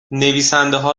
نویسندهها